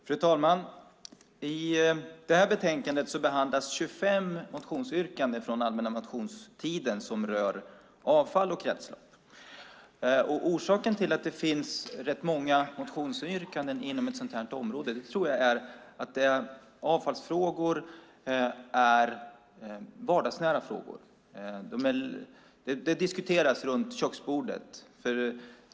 Fru talman! I detta betänkande behandlas 25 motionsyrkanden från den allmänna motionstiden som rör avfall och kretslopp. Orsaken till att det finns rätt många motionsyrkanden inom ett sådant här område tror jag är att avfallsfrågor är vardagsnära frågor, som diskuteras runt köksbordet.